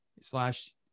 slash